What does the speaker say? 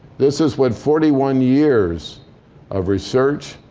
this is what forty one years of research,